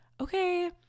okay